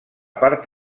part